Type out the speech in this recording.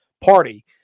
Party